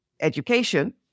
education